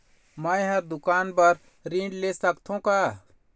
मैं हर दुकान बर ऋण ले सकथों का?